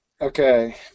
Okay